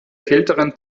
kälteren